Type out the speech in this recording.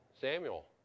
Samuel